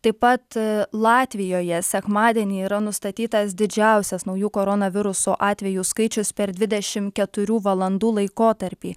taip pat latvijoje sekmadienį yra nustatytas didžiausias naujų koronaviruso atvejų skaičius per dvidešimt keturių valandų laikotarpį